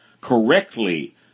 correctly